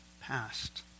past